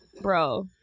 Bro